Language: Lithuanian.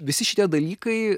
visi šitie dalykai